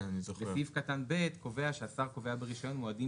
סעיף קטן (ב) קובע שהשר קובע ברישיון מועדים